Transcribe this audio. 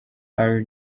are